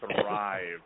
thrive